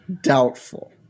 Doubtful